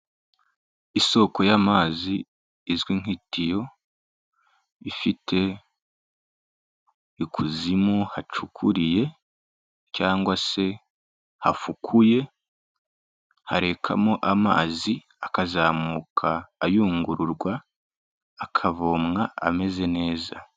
Isoko y'amazi izwi nk'itiyo ifite ikuzimu hacukuriye cyangwa se hafukuye harekamo amazi akazamuka ayungururwa akavomwa ameze neza.